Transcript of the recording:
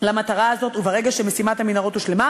למטרה הזאת, וברגע שמשימת המנהרות הושלמה,